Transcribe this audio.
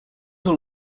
all